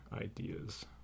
ideas